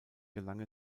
gelang